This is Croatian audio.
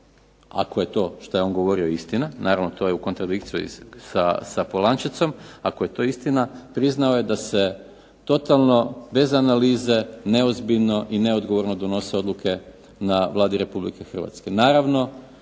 ako je to što je on govorio istina, to je u kontradikciji sa Polančecom, ako je to istina priznao je da se totalno bez analize, neozbiljno i neodgovorno donose odluke na Vladi Republike Hrvatske.